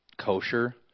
kosher